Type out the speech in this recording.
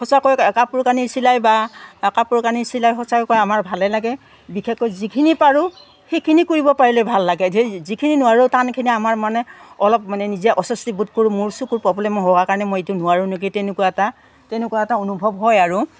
সঁচাকৈ কাপোৰ কানি চিলাই বা কাপোৰ কানি চিলাই সঁচাকৈ আমাৰ ভালে লাগে বিশেষকৈ যিখিনি পাৰোঁ সেইখিনি কৰিব পাৰিলে ভাল লাগে জ যিখিনি নোৱাৰোঁ টানখিনি আমাৰ মানে অলপ মানে নিজে অস্বস্তিবোধ কৰোঁ মোৰ চকুৰ প্ৰব্লেমো হোৱাৰ কাৰণে মই এইটো নোৱাৰো নকি তেনেকুৱা এটা তেনেকুৱা এটা অনুভৱ হয় আৰু